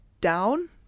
down